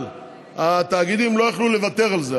אבל התאגידים לא יכלו לוותר על זה.